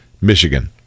Michigan